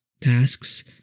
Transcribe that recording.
tasks